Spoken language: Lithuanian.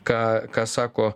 ką ką sako